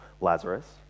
Lazarus